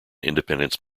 independence